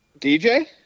DJ